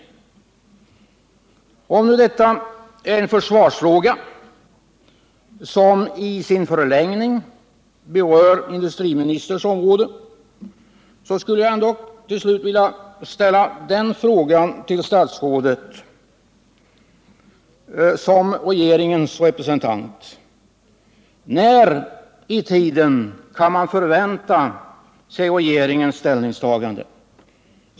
Även om detta är en försvarsfråga, som endast i sin förlängning berör industriministerns område, skulle jag till slut vilja ställa följande spörsmål till statsrådet som regeringens representant: När kan man förvänta sig att regeringen träffar sitt ställningstagande?